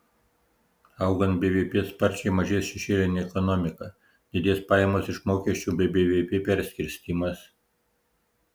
augant bvp sparčiai mažės šešėlinė ekonomika didės pajamos iš mokesčių bei bvp perskirstymas